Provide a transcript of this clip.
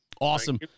Awesome